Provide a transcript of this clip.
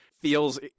feels